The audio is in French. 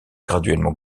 graduellement